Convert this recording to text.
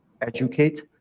educate